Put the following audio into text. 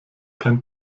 kein